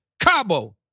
Cabo